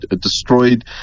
destroyed